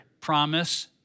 promise